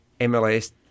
MLS